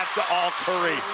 all curry.